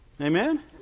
Amen